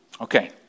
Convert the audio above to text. Okay